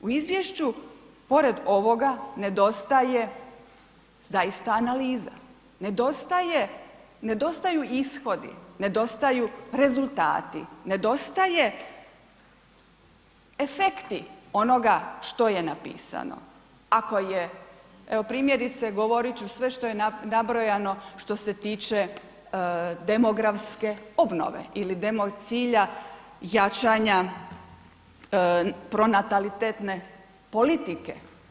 U Izvješću pored ovoga nedostaje zaista analiza, nedostaju ishodi, nedostaju rezultati, nedostaju efekti onoga što je napisano ako je, evo primjerice govoriti ću sve što je nabrojano što se tiče demografske obnove ili cilja jačanja pronatalitetne politike.